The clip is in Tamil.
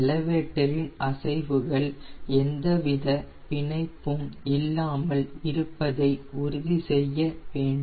எலவேட்டரின் அசைவுகள் எந்தவித பிணைப்பும் இல்லாமல் இருப்பதை உறுதி செய்யவேண்டும்